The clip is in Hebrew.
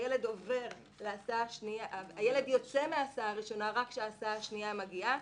שהילד יוצא מההסעה הראשונה רק כשההסעה השנייה מגיעה.